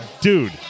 dude